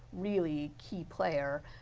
really key player.